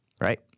right